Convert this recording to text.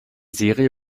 serie